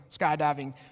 skydiving